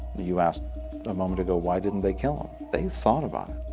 you asked a moment ago, why didn't they kill him, they thought about it,